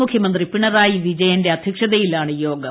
മുഖ്യമന്ത്രി പിണറായി വിജയന്റെ അധ്യക്ഷതയിലാണ് യോഗം